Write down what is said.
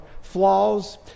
flaws